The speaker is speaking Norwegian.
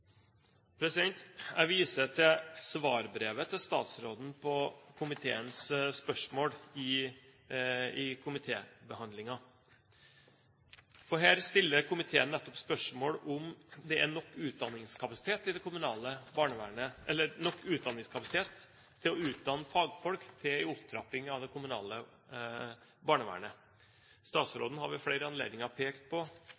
Jeg viser til statsrådens svarbrev på komiteens spørsmål i komitébehandlingen. Her stiller komiteen nettopp spørsmål om det er nok utdanningskapasitet til å utdanne fagfolk til en opptrapping av det kommunale barnevernet. Statsråden har ved flere anledninger pekt på